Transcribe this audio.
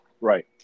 Right